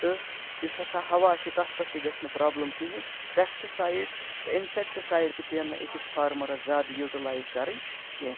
تہٕ یُس ہسا ہَوا چھُ تَتھ پٮ۪ٹھ تہِ گژھہِ نہٕ پرٛابلٕم کِہیٖنۍ پیٚسٹٕسایِڈ تہٕ اِنسیٚکٹِسایڈ تہِ پیٚیَن نہٕ أکِس فارمَرَس یوٹِلایِز کرٕنۍ کیٚنٛہہ